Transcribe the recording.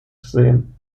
sehen